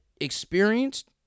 experienced